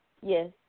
Yes